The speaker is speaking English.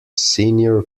senior